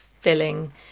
filling